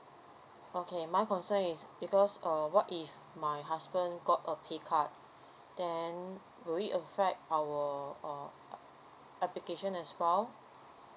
okay my concern is because err what if my husband got a pay cut then will it affect our uh application as well